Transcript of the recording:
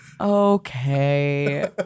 okay